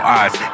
eyes